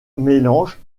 mélange